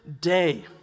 day